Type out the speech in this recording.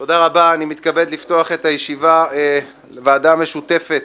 תודה רבה, אני מתכבד לפתוח את הישיבה, ועדה משותפת